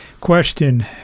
Question